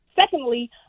Secondly